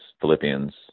Philippians